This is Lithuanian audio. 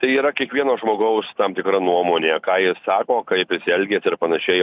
tai yra kiekvieno žmogaus tam tikra nuomonė ką jis sako kaip jis elgiasi ir panašiai